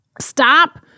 stop